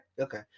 Okay